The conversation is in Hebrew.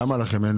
למה אין לכם?